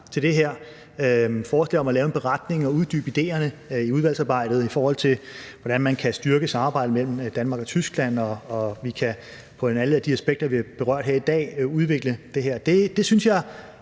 til forslaget om at lave en beretning og uddybe idéerne i udvalgsarbejdet til, hvordan vi kan styrke samarbejdet mellem Danmark og Tyskland, så vi kan få udviklet alle de aspekter, som vi har berørt her i dag. Det synes jeg